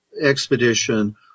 expedition